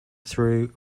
through